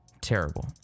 terrible